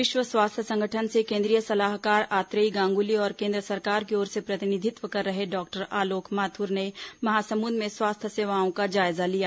विश्व स्वास्थ्य संगठन से केंद्रीय सलाहकार आत्रेयी गांगुली और केंद्र सरकार की ओर से प्रतिनिधित्व कर रहे डॉक्टर आलोक माथुर ने महासमुंद में स्वास्थ्य सेवाओं का जायजा लिया